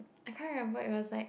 I can't remember it was like